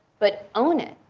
but own it.